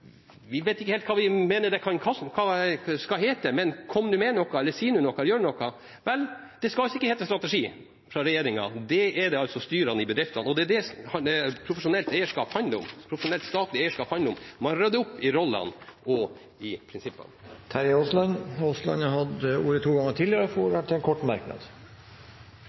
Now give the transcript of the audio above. vi vet ikke helt hva vi mener det skal hete, men kom med noe, si noe, gjør noe – vel, det skal ikke hete strategi fra regjeringen. Det er det styrene i bedriftene som utarbeider, og det er det profesjonelt statlig eierskap handler om. Man rydder opp i rollene og i prinsippene. Terje Aasland har hatt ordet to ganger tidligere og får ordet til en kort merknad,